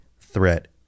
threat